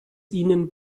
ihnen